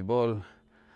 los hombres.